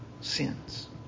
sins